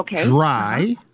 dry